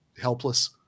helpless